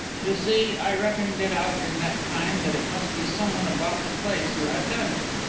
you see, i reckoned it out in that time that it must be someone about the place who had done it.